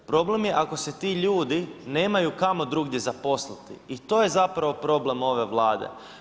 Problem je ako se ti ljudi nemaju kamo drugdje zaposliti i to je zapravo problem ove Vlade.